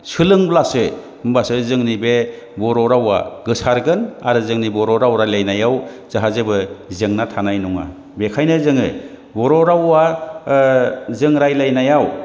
सोलोंब्लासो होमब्लासो जोंनि बे बर' रावआ गोसारगोन आरो जोंनि बर' राव रायज्लायनायाव जोंहा जेबो जेंना थानाय नङा बेखायनो जोङो बर' रावआ ओ जों रायज्लायनायाव